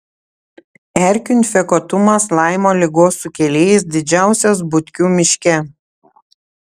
erkių infekuotumas laimo ligos sukėlėjais didžiausias butkių miške